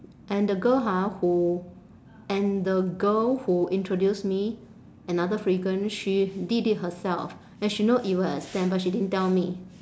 and the girl ha who and the girl who introduced me another frequent she did it herself and she know it will extend but she didn't tell me